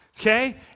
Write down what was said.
okay